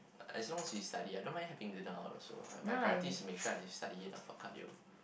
as long as we study I don't mind having dinner out also my priority is to make sure I study enough for cardio